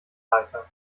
leiter